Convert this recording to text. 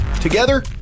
Together